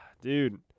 Dude